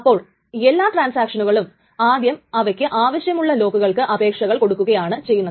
അപ്പോൾ എല്ലാ ട്രാൻസാക്ഷനുകളും ആദ്യം അവക്ക് ആവശ്യമുള്ള ലോക്കുകൾക്ക് ഉള്ള അപേക്ഷകൾ കൊടുക്കുകയാണ് ചെയ്യുന്നത്